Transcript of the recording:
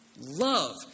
love